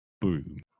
Boom